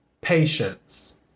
patience